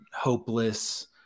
hopeless